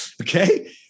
Okay